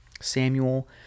Samuel